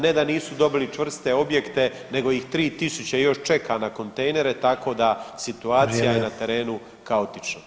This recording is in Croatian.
Ne da nisu dobili čvrste objekte nego ih 3000 još čeka na kontejnere, tako da situacija je na terenu kaotična.